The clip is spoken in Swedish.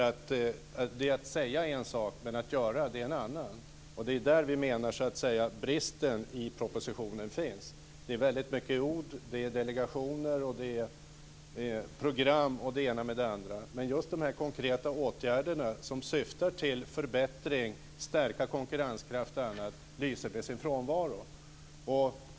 Att säga är en sak, men att göra är en annan. Det är där vi menar att bristen i propositionen finns. Det är väldigt mycket ord, delegationer, program, det ena och det andra, men konkreta åtgärder som syftar till förbättring, till att stärka konkurrenskraft och annat lyser med sin frånvaro.